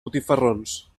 botifarrons